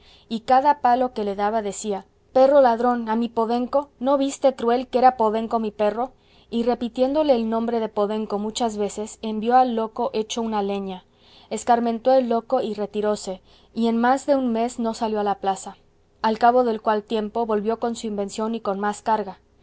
y cada palo que le daba decía perro ladrón a mi podenco no viste cruel que era podenco mi perro y repitiéndole el nombre de podenco muchas veces envió al loco hecho una alheña escarmentó el loco y retiróse y en más de un mes no salió a la plaza al cabo del cual tiempo volvió con su invención y con más carga